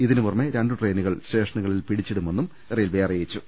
ഇതിന് പുറമെ രണ്ട് ട്രെയി നുകൾ സ്റ്റേഷനുകളിൽ പിടിച്ചിടുമെന്നും റെയിൽവെ അറിയിച്ചു